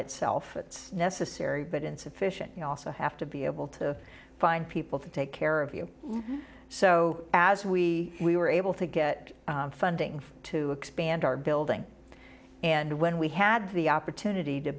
itself it's necessary but insufficient you also have to be able to find people to take care of you so as we we were able to get funding to expand our building and when we had the opportunity to